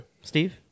Steve